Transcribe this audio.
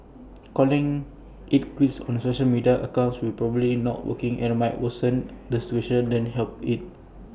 calling IT quits on your social media accounts will probably not work and might worsen the situation than help IT